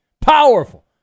powerful